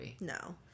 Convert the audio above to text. No